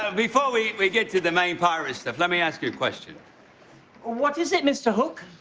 ah before we we get to the main pirate stuff, let me ask you a question. oh what is it, mr. hook?